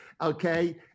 Okay